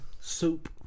Soup